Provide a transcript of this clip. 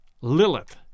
Lilith